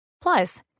Plus